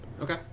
Okay